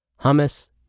hummus